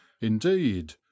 indeed